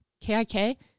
Kik